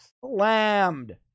slammed